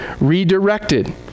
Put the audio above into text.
redirected